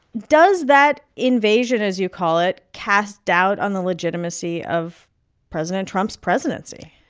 does that invasion, as you call it, cast doubt on the legitimacy of president trump's presidency?